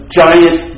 giant